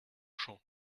champ